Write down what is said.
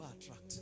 attract